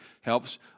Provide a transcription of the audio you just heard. helps